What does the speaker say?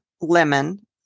lemon